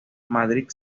madrid